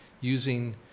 using